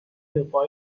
رفاه